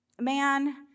man